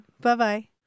Bye-bye